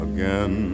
Again